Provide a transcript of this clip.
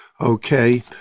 okay